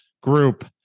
group